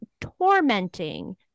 tormenting